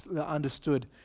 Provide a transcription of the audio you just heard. understood